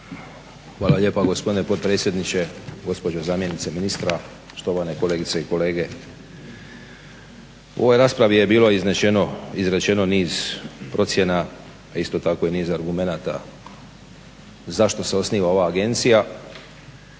Hvala lijepa gospodine potpredsjedniče, gospođo zamjenice ministra, štovane kolegice i kolege. U ovoj raspravi je bilo izrečeno niz procjena, a isto tako i niz argumenata zašto se osniva ova agencija.